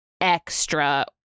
extra